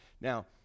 Now